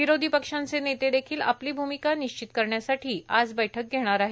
विरोधी पक्षांचे नेते देखील आपली भूमिका निश्चित करण्यासाठी आज बैठक घेणार आहेत